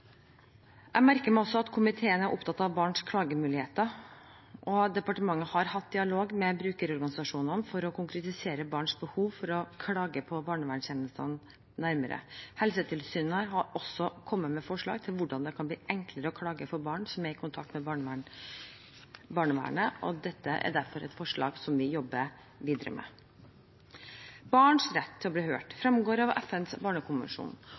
Jeg merker meg også at komiteen er opptatt av barns klagemuligheter, og departementet har hatt dialog med brukerorganisasjonene for nærmere å konkretisere barns behov for å klage på barnevernstjenestene. Helsetilsynet har også kommet med forslag til hvordan det kan bli enklere å klage for barn som er i kontakt med barnevernet, og dette er derfor et forslag som vi jobber videre med. Barns rett til å bli hørt fremgår av FNs barnekonvensjon